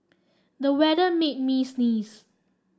the weather made me sneeze